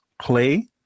play